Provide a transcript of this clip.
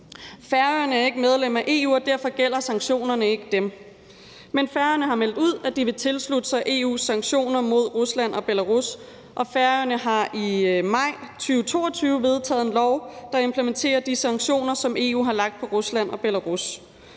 Færøerne er ikke medlem af EU, og derfor gælder sanktionerne ikke for dem, men Færøerne har meldt ud, at de vil tilslutte sig EU's sanktioner mod Rusland og Belarus, og Færøerne har i maj 2022 vedtaget en lov, der implementerer de sanktioner, som EU har lagt på Rusland og Belarus.